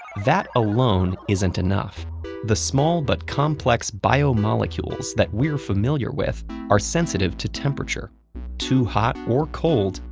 that alone isn't enough the small but complex biomolecules that we're familiar with are sensitive to temperature too hot or cold,